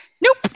nope